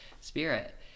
Spirit